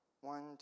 one